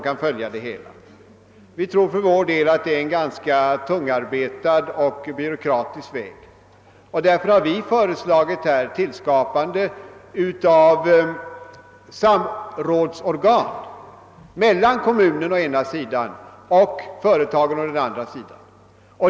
Vi tror dock för vår del att det är en ganska tungarbetad och byråkratisk väg. Därför har vi före slagit tillskapande av samrådsorgan mellan kommunen å ena sidan och företaget å andra sidan.